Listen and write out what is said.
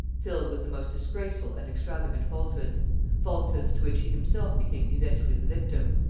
filled with the most disgraceful and extravagant falsehoods falsehoods to which he himself became eventually the victim,